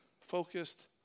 focused